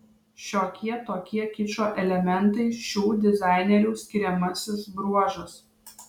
šiokie tokie kičo elementai šių dizainerių skiriamasis bruožas